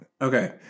Okay